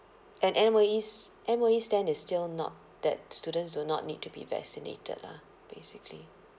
and M_O_E's M_O_E's stand is still not that students do not need to be vaccinated lah basically